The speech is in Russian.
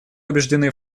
убеждены